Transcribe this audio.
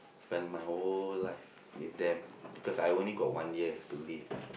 spend my whole life with them because I only got one year to live